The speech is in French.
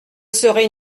serait